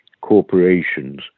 corporations